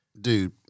Dude